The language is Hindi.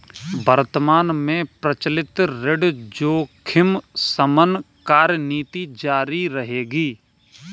वर्तमान में प्रचलित ऋण जोखिम शमन कार्यनीति जारी रहेगी